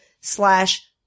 slash